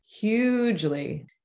Hugely